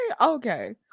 Okay